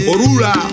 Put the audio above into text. Orula